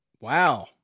Wow